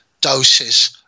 doses